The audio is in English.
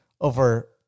over